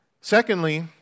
Secondly